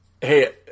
Hey